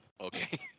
Okay